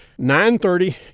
9.30